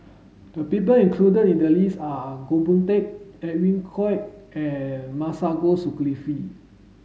the people included in the list are Goh Boon Teck Edwin Koek and Masagos Zulkifli